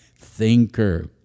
thinker